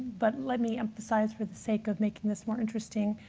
but let me emphasize, for the sake of making this more interesting,